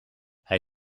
hij